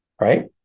right